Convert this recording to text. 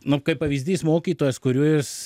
nu kaip pavyzdys mokytojas kuris